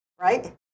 Right